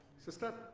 sister